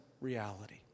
reality